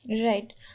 Right